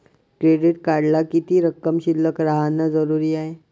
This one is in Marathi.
क्रेडिट कार्डात किती रक्कम शिल्लक राहानं जरुरी हाय?